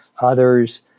Others